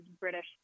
British